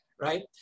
right